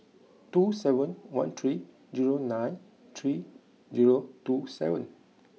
two seven one three zero nine three zero two seven